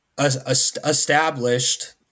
established